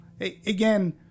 again